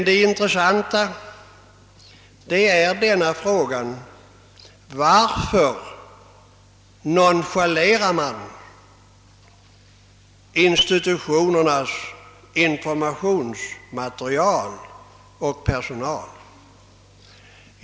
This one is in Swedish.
Det intressanta är emellertid denna fråga: Varför nonchalerar man institutionernas informationsmaterial och personal?